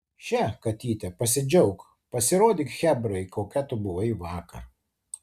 še katyte pasidžiauk pasirodyk chebrai kokia tu buvai vakar